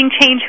change